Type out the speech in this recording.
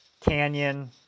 canyon